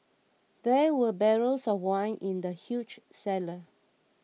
there were barrels of wine in the huge cellar